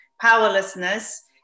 powerlessness